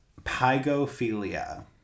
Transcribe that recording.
pygophilia